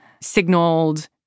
signaled